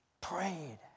prayed